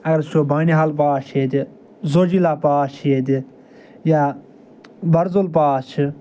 اگر أسۍ وٕچھو بانِہال پاس چھِ ییٚتہِ زوجیلا پاس چھِ ییٚتہِ یا برزوٚل پاس چھِ